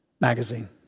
magazine